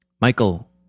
Michael